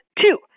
two